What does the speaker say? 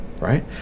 right